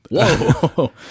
whoa